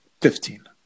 Fifteen